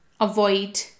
avoid